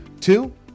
Two